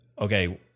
okay